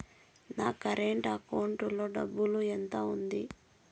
నా current account లో డబ్బులు ఎంత ఉంది?